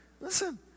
listen